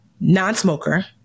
non-smoker